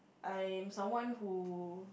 I'm someone who